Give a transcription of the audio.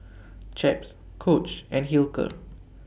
Chaps Coach and Hilker